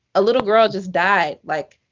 a little girl just died. like,